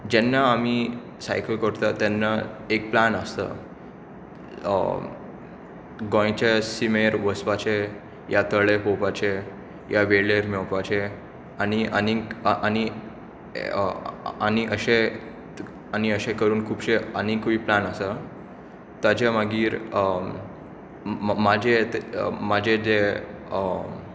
जेन्ना आमी सायकल करता तेन्ना एक प्लॅन आसता गोंयच्या शिमेर वचपाचें वा तळें पळोवपाचें वा वेळेक मेळपाचें आनी आनी आनी अशे आनी अशे करून खुबशे आनीकूय प्लॅन आसात ताचे मागीर म्हजें म्हजें जें